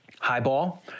Highball